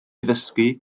ddysgu